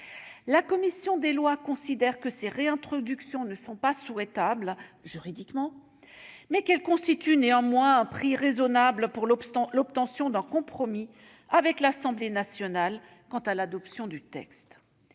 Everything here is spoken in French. La commission des lois considère que ces réintroductions, si elles ne sont pas souhaitables juridiquement, constituent néanmoins un prix raisonnable pour obtenir un compromis avec l'Assemblée nationale sur l'adoption du texte.